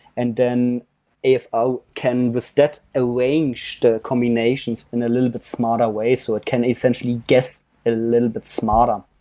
and then afl ah can with that arrange the combinations in a little bit smarter way so it can essentially guess a little bit smarter.